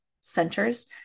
centers